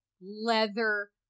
leather